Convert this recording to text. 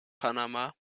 panama